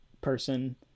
person